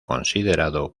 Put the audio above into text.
considerado